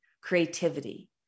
creativity